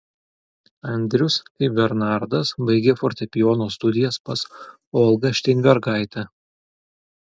andrius kaip bernardas baigė fortepijono studijas pas olgą šteinbergaitę